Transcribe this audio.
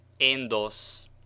endos